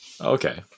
okay